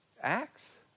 Acts